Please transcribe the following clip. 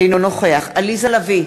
אינו נוכח עליזה לביא,